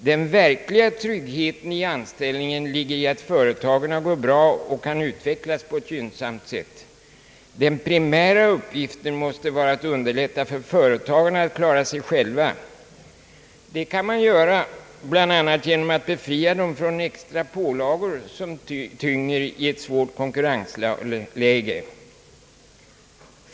Den verkliga tryggheten i anställningen ligger i att företagen går bra och kan utvecklas på ett gynnsamt sätt. Den primära uppgiften måste vara att underlätta för företagen att klara sig själva. Det kan man göra bl.a. genom att befria dem från extra pålagor som tynger i ett svårt konkurrensläge.